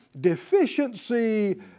deficiency